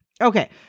Okay